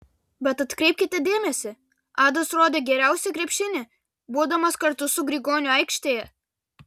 bet atkreipkite dėmesį adas rodė geriausią krepšinį būdamas kartu su grigoniu aikštėje